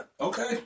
Okay